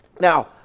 Now